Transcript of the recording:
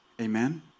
Amen